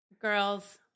girls